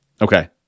okay